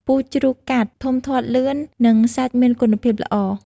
ពូជជ្រូកកាត់ ធំធាត់លឿន និងសាច់មានគុណភាពល្អ។